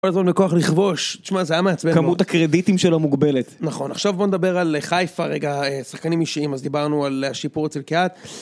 כל הזמן כוח לכבוש, תשמע זה היה מעצבן כמות הקרדיטים שלא מוגבלת נכון עכשיו בוא נדבר על חיפה רגע שחקנים אישיים אז דיברנו על השיפור אצל קהת